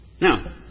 Now